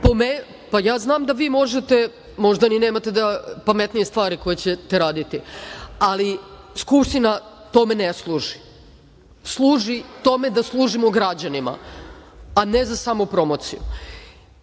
znam da vi možete, možda vi nemate pametnije stvari koje ćete raditi, ali Skupština tome ne služi. Služi tome da služimo građanima, a ne za samopromociju.